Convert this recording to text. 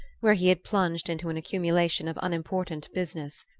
where he had plunged into an accumulation of unimportant business.